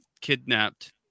kidnapped